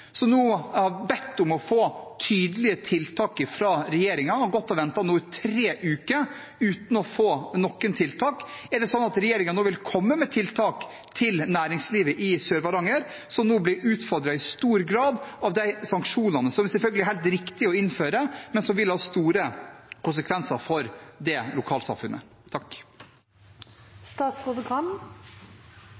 nå har bedt om å få tydelige tiltak fra regjeringen. De har gått og ventet nå i tre uker uten å få noen tiltak. Er det slik at regjeringen nå vil komme med tiltak til næringslivet i Sør-Varanger, som nå i stor grad blir utfordret av disse sanksjonene – som det selvfølgelig er helt riktig å innføre, men som vil ha store konsekvenser for det lokalsamfunnet?